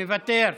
מוותר.